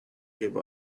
gave